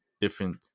different